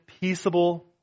peaceable